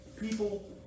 people